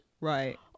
right